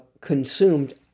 consumed